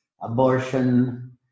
abortion